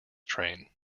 train